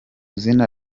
izina